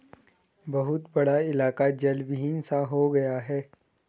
बहुत बड़ा इलाका जलविहीन सा हो गया है